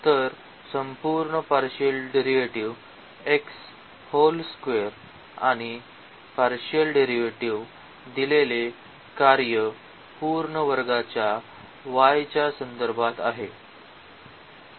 तर संपूर्ण partial derivative x whole square आणि पार्शिअल डेरिव्हेटिव्ह दिलेले कार्य पूर्ण वर्गाच्या y च्या संदर्भात आहे